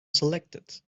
selected